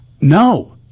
No